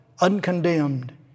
uncondemned